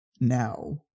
now